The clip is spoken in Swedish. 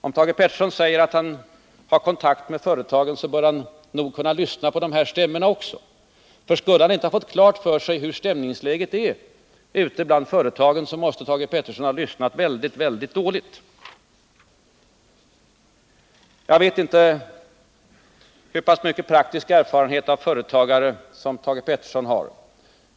Om Thage Peterson har kontakt med företagen, bör han nog lyssna på de här stämmorna också — för skulle han inte ha fått klart för sig hur stämningsläget är ute bland företagen, så måste han ha lyssnat väldigt dåligt. Jag vet inte hur pass stor praktisk erfarenhet av företagare Thage Peterson har.